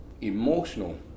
emotional